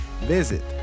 visit